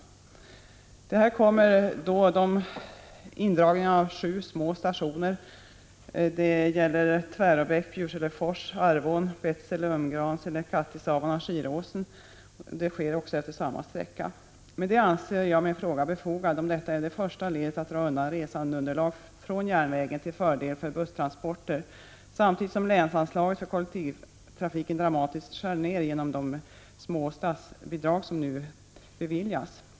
Till detta kommer indragningar av sju små stationer — Tväråbäck, Bjurselefors, Arvån, Betsele, Umgransele, Kattisavan och Skiråsen. Dessa ligger efter samma sträcka. Jag anser således min fråga befogad, om detta är det första ledet i en utveckling som innebär att man drar undan resandeunderlaget från järnvägen till förmån för busstransporter samtidigt som bidragen till kollektivtrafiken dramatiskt dras ned genom att statsanslagen är alltför små.